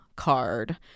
card